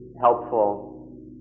helpful